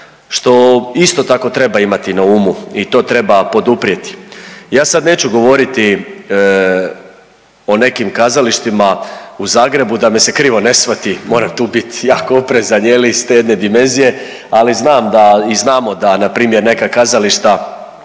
što isto tako treba imati na umu i to treba poduprijeti. Ja sad neću govoriti o nekim kazalištima u Zagrebu da me se krivo ne shvati, moram tu biti jako oprezan je li iz te jedne dimenzije, ali znam da i znamo da npr. neka kazališta